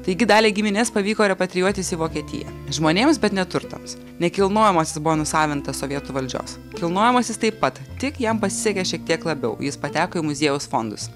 taigi daliai giminės pavyko repatrijuotis į vokietiją žmonėms bet ne turtams nekilnojamasis buvo nusavintas sovietų valdžios kilnojamasis taip pat tik jam pasisekė šiek tiek labiau jis pateko į muziejaus fondus